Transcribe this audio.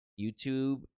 YouTube